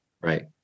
Right